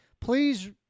please